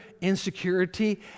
insecurity